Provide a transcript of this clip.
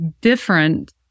different